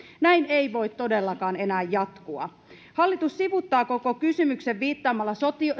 näin ei voi todellakaan enää jatkua hallitus sivuuttaa koko kysymyksen viittaamalla